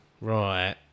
right